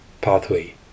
pathway